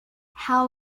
how